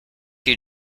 you